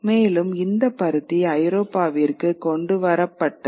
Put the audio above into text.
மேலும் இந்த பருத்தி ஐரோப்பாவிற்கு கொண்டு வரப்பட்டது